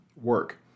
work